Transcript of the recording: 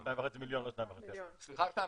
אני גם